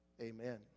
Amen